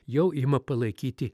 jau ima palaikyti